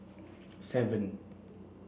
seven